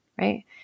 right